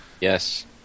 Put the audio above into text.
Yes